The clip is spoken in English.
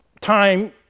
time